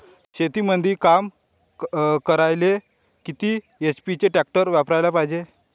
शेतीमंदी काम करायले किती एच.पी चे ट्रॅक्टर वापरायले पायजे?